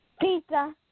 pizza